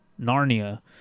Narnia